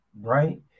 right